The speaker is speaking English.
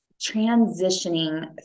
transitioning